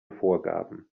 vorgaben